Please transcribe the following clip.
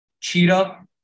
Cheetah